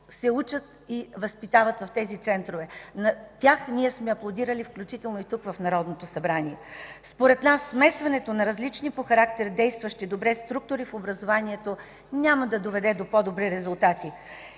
се учат и възпитават в тези центрове, които сме аплодирали, включително и тук, в Народното събрание. Според нас смесването на различни по характер действащи добре структури в образованието няма да доведе до по-добри резултати.